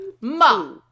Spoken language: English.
Ma